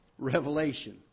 Revelation